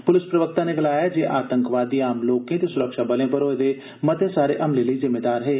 पुलस प्रवक्ता नै गलाया ऐ जे आतंकवादी आम लोकें ते सुरक्षाबलें पर होए दे मते सारे हमले लेई जिम्मेदार हे